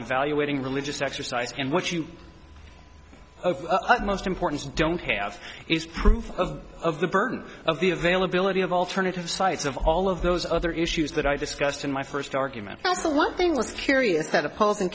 evaluating religious exercise and what you most important don't have is proof of the burden of the availability of alternative sites of all of those other issues that i discussed in my first argument was the one thing was curious that opposing